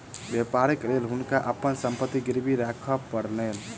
व्यापारक लेल हुनका अपन संपत्ति गिरवी राखअ पड़लैन